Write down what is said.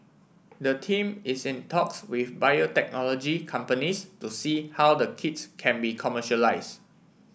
the team is in talks with biotechnology companies to see how the kits can be commercialised